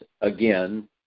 again